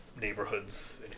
neighborhoods